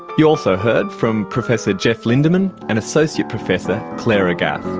you also heard from professor geoff lindeman and associate professor clara gaff